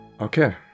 Okay